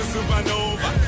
Supernova